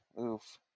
Oof